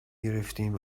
گرفتهایم